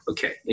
Okay